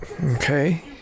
Okay